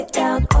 down